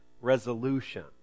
resolution